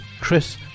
Chris